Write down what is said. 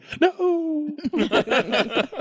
No